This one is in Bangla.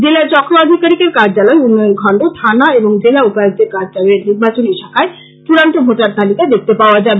জেলার চক্র আধিকারিকের কার্য্যলয় উন্নয়ন খন্ড থানা এবং জেলা উপায়ুক্তের কার্য্যলয়ের নির্বাচনী শাখায় চড়ান্ত ভোটার তালিকা দেখতে পাওয়া যাবে